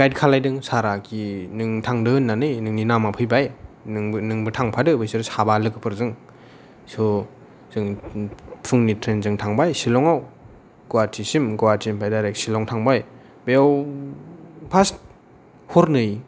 guide खालायदों सारा खि नों थांदो होन्नानै नोंनि नामा फैबाय नोंबो नोंबो थांफादो बिसोर साबा लोगोफोरजों स' जों फुंनि ट्रेन जों थांबाय सिलंआव गुहाटीसिम गुहाथिनिफ्राय डायरेक्ट शिलं थांबाय बेआव पार्स्ट हरनै